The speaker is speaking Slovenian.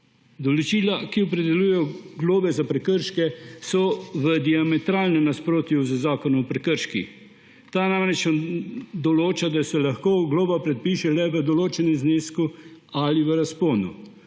Določila, ki opredeljujejo globe za prekrške, so v diametralnem nasprotju z Zakonom o prekrških. Ta namreč določa, da se lahko globa predpiše le v določenem znesku ali razponu.